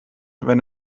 wenn